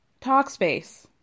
Talkspace